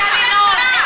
איל ינון,